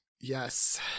Yes